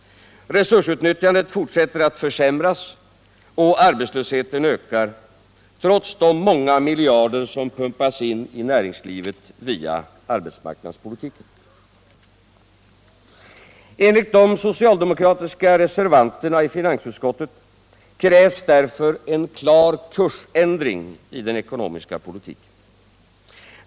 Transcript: Resursutnyttjandet fortsätter att försämras och arbetslösheten ökar, trots de många miljarder som pumpas in i näringslivet via arbetsmarknadspolitiken. Enligt de socialdemokratiska reservanterna i finansutskottet krävs därför en klar kursändring i den ekonomiska politiken.